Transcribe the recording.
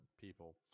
people